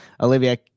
olivia